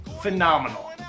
phenomenal